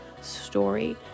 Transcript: story